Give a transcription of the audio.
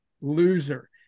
loser